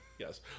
Yes